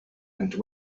and